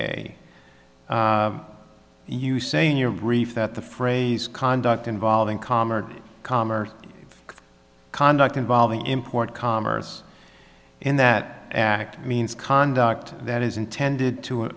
t you say in your brief that the phrase conduct involving commerce commerce conduct involving import commerce and that act means conduct that is intended to